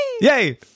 Yay